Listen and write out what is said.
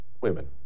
women